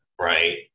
right